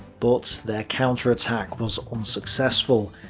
but their counterattack was unsuccessful,